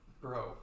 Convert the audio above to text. Bro